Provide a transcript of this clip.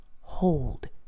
Hold